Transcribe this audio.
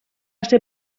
ser